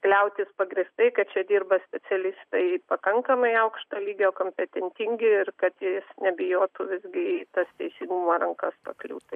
kliautis pagrįstai kad čia dirba specialistai pakankamai aukšto lygio kompetentingi ir kad jis nebijotų visgi į tas teisingumo rankas pakliūt tai